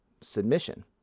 submission